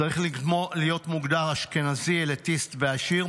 צריך להיות מוגדר אשכנזי אליטיסט ועשיר.